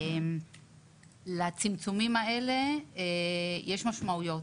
לצמצומים האלה יש משמעויות.